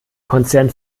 konzern